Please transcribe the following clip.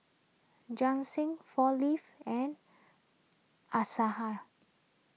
four Leaves and Asahi